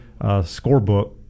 scorebook